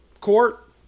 Court